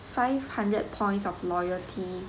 five hundred points of loyalty